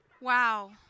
Wow